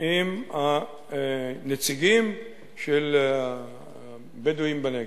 עם הנציגים של הבדואים בנגב.